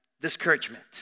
discouragement